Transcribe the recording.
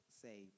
say